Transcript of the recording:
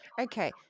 Okay